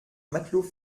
matelot